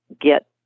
get